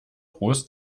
groß